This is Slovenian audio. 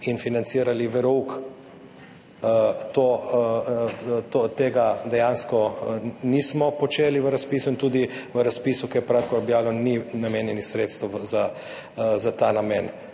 in financirali verouk. Tega dejansko nismo počeli v razpisu. Tudi v razpisu, ki je pravkar objavljen, ni namenjenih sredstev za ta namen.